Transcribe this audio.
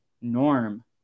Norm